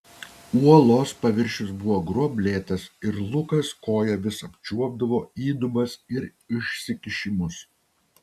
uolos paviršius buvo gruoblėtas ir lukas koja vis apčiuopdavo įdubas ir išsikišimus